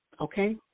Okay